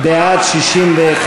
בעד, 61,